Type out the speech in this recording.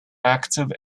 active